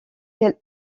quelles